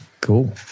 Cool